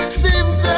seems